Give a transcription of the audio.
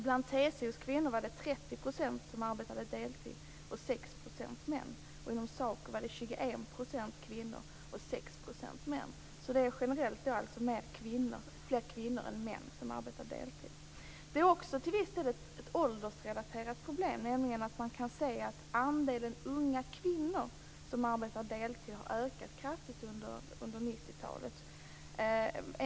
Bland TCO:s kvinnor var det 30 % som arbetade deltid och bland männen Det är alltså generellt fler kvinnor än män som arbetar deltid. Det är också till viss del ett åldersrelaterat problem. Man kan se att andelen unga kvinnor som arbetar deltid har ökat kraftigt under 90-talet.